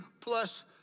plus